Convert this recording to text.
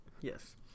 yes